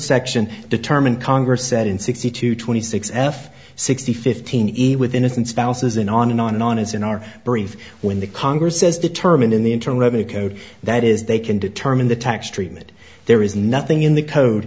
section determined congress said in sixty two twenty six f sixty fifteen eat with innocent spouses and on and on and on is in our brief when the congress says determined in the internal revenue code that is they can determine the tax treatment there is nothing in the code